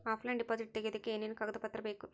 Offline deposit ತೆಗಿಯೋದಕ್ಕೆ ಏನೇನು ಕಾಗದ ಪತ್ರ ಬೇಕು?